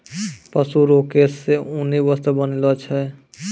पशु रो केश से ऊनी वस्त्र बनैलो छै